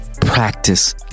practice